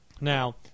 Now